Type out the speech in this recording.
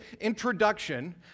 introduction